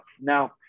Now